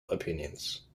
opinions